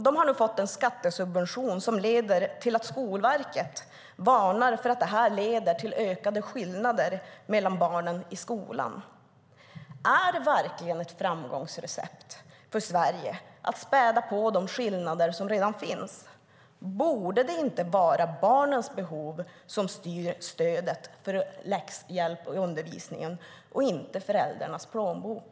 De har nu fått en skattesubvention som leder till att Skolverket varnar för att följden blir ökade skillnader mellan barnen i skolan. Är det verkligen ett framgångsrecept för Sverige att späda på de skillnader som redan finns? Borde det inte vara barnens behov som styr stödet för läxhjälp i undervisningen och inte föräldrarnas plånbok?